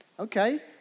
Okay